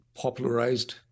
popularized